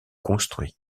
construit